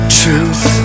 truth